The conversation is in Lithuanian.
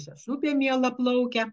šešupė miela plaukia